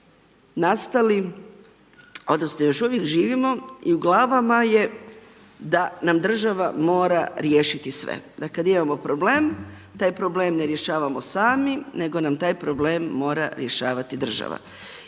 glavama je da nam država mora riješiti sve, da kad imamo problem taj problem ne rješavamo sami, nego nam taj problem mora rješavati država.